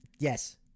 Yes